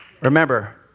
Remember